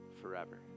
forever